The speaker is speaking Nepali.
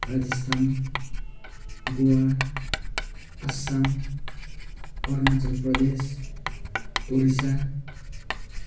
राजस्थान गोवा आसाम अरुणाचल प्रदेश उडिसा